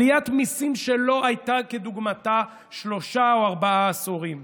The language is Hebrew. עליית מיסים שלא הייתה כדוגמתה שלושה או ארבעה עשורים.